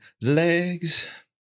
legs